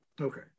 Okay